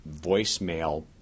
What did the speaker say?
voicemail